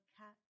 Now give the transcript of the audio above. cat